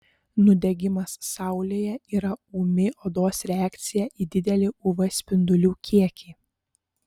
nudegimas saulėje yra ūmi odos reakcija į didelį uv spindulių kiekį